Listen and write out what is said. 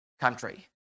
country